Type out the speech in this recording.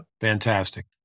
Fantastic